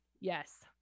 Yes